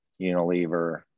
Unilever